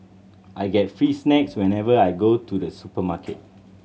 I get free snacks whenever I go to the supermarket